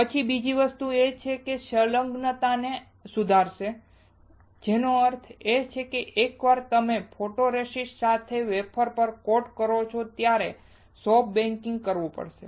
પછી બીજી વસ્તુ એ છે કે તે સંલગ્નતાને સુધારશે જેનો અર્થ એ કે એકવાર તમે ફોટોરેસિસ્ટ સાથે વેફર પર કોટ કરો છો તમારે સોફ્ટ બેકિંગ કરવું પડશે